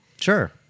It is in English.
Sure